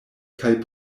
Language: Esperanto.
kaj